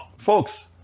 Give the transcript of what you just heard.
Folks